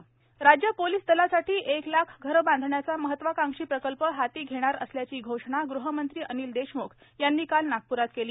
अनिल देशम्ख राज्य पोलीस दलासाठी एक लाख घरे बांधण्याचा महत्वाकांक्षी प्रकल्प हाती घेणार असल्याची घोषणा गृहमंत्री अनिल देशमुख यांनी काल नागपुरात केली